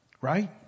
Right